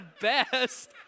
best